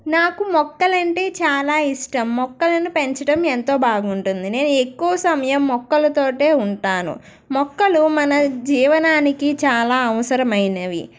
నాకు మొక్కలు అంటే చాలా ఇష్టం మొక్కలను పెంచడం ఎంతో బాగుంటుంది నేను ఎక్కువ సమయం మొక్కలు తోటే ఉంటాను మొక్కలు మన జీవనానికి చాలా అవసరమైనవి